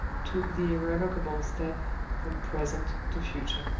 took the irrevocable step from present to future.